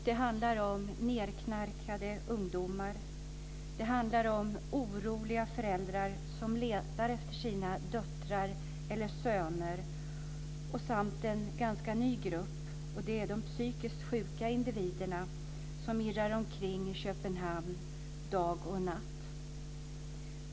Det handlar om nedknarkade ungdomar, oroliga föräldrar som letar efter sina döttrar eller söner och en ganska ny grupp, nämligen de psykiskt sjuka individerna som irrar omkring i Köpenhamn dag och natt.